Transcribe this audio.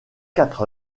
quatre